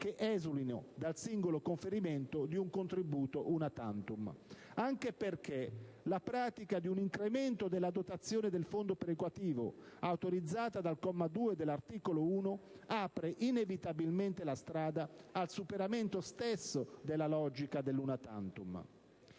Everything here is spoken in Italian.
che esulino dal singolo conferimento di un contributo *una tantum*; ciò, anche perché la pratica di un incremento della dotazione del fondo perequativo, autorizzata dal comma 2 dell'articolo 1, apre inevitabilmente la strada al superamento stesso della logica dell'*una tantum*.